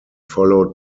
followed